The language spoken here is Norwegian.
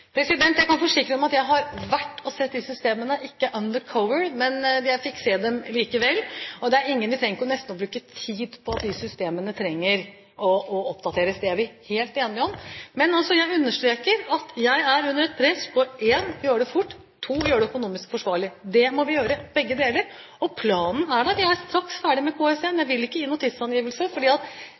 Jeg kan forsikre at jeg har vært ute og sett de systemene – ikke «undercover», men jeg fikk se dem likevel. Vi trenger nesten ikke å bruke tid på det at de systemene trenger oppdatering. Det er vi helt enige om. Men jeg understreker at jeg er under press, for det første for å gjøre det fort, og for det andre for å gjøre det økonomisk forsvarlig. Vi skal gjøre begge deler, og planen er der. Jeg er straks ferdig med KS1. Jeg vil ikke gi noen tidsangivelse, for vi skal være sikre på at